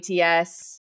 ATS